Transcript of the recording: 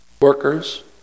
Workers